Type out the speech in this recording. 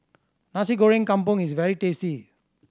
Nasi Goreng Kampung is very tasty